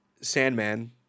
Sandman